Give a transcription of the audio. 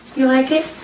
you like it?